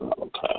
Okay